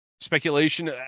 speculation